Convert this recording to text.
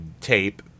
tape